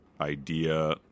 idea